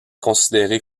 considérée